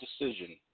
decision